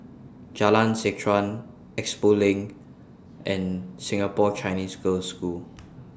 Jalan Seh Chuan Expo LINK and Singapore Chinese Girls' School